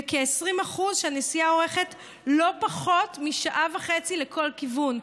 וכ-20% שהנסיעה אורכת לא פחות משעה וחצי לכל כיוון.